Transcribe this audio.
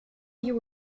you